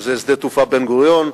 שזה שדה התעופה בן-גוריון,